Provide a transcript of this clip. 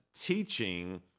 teaching